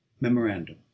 memorandum